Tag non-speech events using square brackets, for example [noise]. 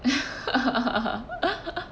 [laughs]